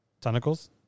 Tentacles